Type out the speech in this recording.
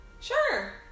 sure